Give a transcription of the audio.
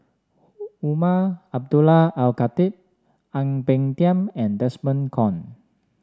Umar Abdullah Al Khatib Ang Peng Tiam and Desmond Kon